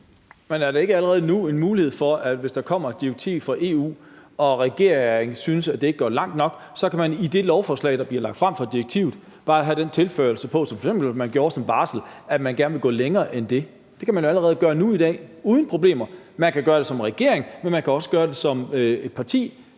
Lars Boje Mathiesen (UFG): Men er der ikke allerede nu en mulighed for, at hvis der kommer et direktiv fra EU og regeringen synes, at det ikke går langt nok, så kan man i det lovforslag, der bliver fremsat ud fra direktivet, bare have den tilføjelse på, som man f.eks. gjorde det i forbindelse med barsel, at man gerne vil gå længere end det? Det kan man jo allerede gøre nu i dag, uden problemer. Man kan gøre det som regering, men man kan også gøre det som parti,